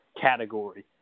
category